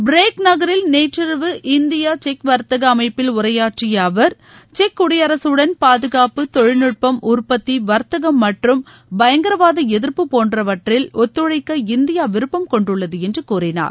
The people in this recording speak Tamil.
பிரேக் நகரில் நேற்றிரவு இந்தியா செக் வர்த்தக அமைப்பில் உரையாற்றிய அவர் செக் குடியரசுடன் பாதுகாப்டு தொழில்நுட்பம் உற்பத்தி வா்த்தகம் மற்றும் பயங்கரவாத எதிாப்பு போன்றவற்றில் ஒத்துழைக்க இந்தியா விருப்பம் கொண்டுள்ளது என்று கூறினார்